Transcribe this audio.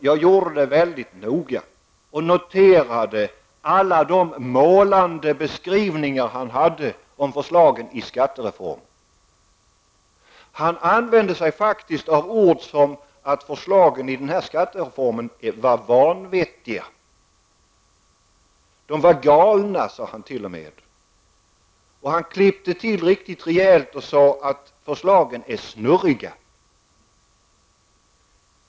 Jag lyssnade väldigt noga, och jag noterade alla hans målande beskrivningar av förslagen i skattereformen. Han sade faktiskt att förslagen i skattereformen var vanvettiga, galna. Han klippte sedan till rejält när han sade att förslagen är snurriga.